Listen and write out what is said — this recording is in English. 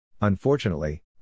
Unfortunately